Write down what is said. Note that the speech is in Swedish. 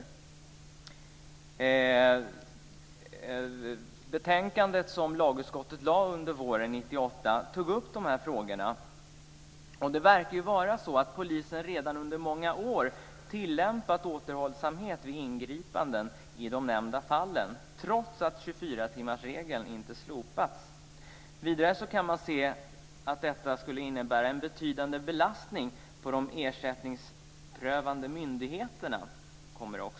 Det betänkande som lagutskottet avgav under våren 1998 tog upp dessa frågor. Det verkar som att polisen redan under många år har tillämpat återhållsamhet vid ingripanden i de nämnda fallen, trots att Vidare kan man se att detta skulle innebära en betydande belastning på de ersättningsprövande myndigheterna.